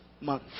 month